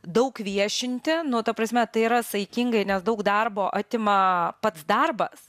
daug viešinti nu ta prasme tai yra saikingai nes daug darbo atima pats darbas